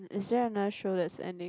is there another show that's ending